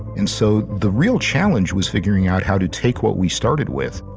and so the real challenge was figuring out how to take what we started with,